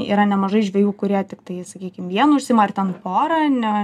yra nemažai žvejų kurie tiktai sakykim vienu užsiima ar ten pora ne